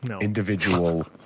individual